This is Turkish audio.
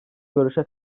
görüşe